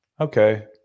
Okay